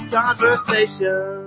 conversation